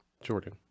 Jordan